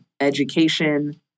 education